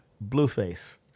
Blueface